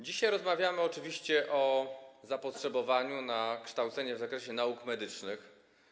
Dzisiaj rozmawiamy o zapotrzebowaniu na kształcenie w zakresie nauk medycznych.